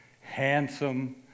handsome